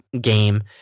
game